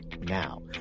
now